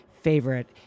favorite